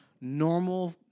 Normal